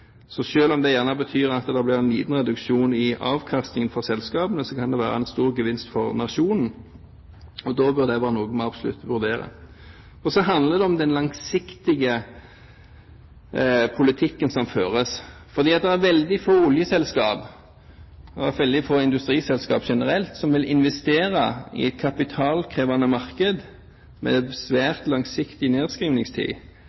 om det gjerne betyr at det blir en liten reduksjon i avkastningen for selskapene, kan det være en stor gevinst for nasjonen. Det bør være noe vi absolutt vurderer. Og så handler det om den langsiktige politikken som føres. Det er veldig få oljeselskaper – og veldig få industriselskaper generelt – som vil investere i et kapitalkrevende marked med